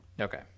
Okay